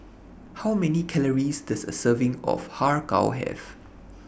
How Many Calories Does A Serving of Har Kow Have